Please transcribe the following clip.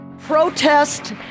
Protest